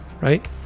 right